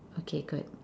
okay good